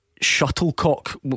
Shuttlecock